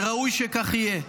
וראוי שכך יהיה,